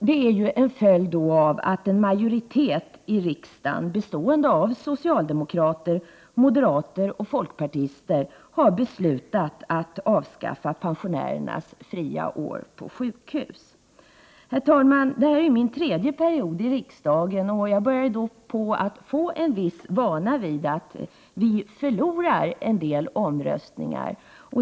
Det är en följd av att en majoritet i riksdagen, bestående av socialdemokrater, moderater och folkpartister, har beslutat att avskaffa pensionärernas fria år på sjukhus. Det här är min tredje period i riksdagen, herr talman, och jag börjar få en viss vana vid att vi förlorar en del omröstningar.